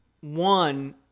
One